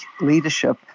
leadership